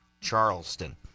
Charleston